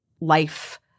life